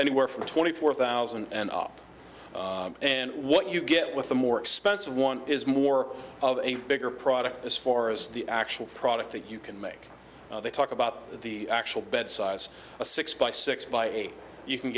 anywhere from twenty four thousand and up and what you get with a more expensive one is more of a bigger product as far as the actual product that you can make they talk about the well bed size a six by six by eight you can